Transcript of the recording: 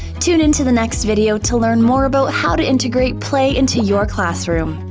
tune in to the next video to learn more about how to integrate play into your classroom.